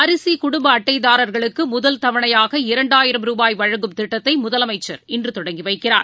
அரிசிகுடும்பஅட்டைதாரர்களுக்குழுதல் தவணையாக இரண்டாயிரம் ருபாய் வழங்கும் திட்டத்தைமுதலமைச்சர் இன்றுதொடங்கிவைக்கிறார்